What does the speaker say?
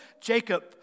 Jacob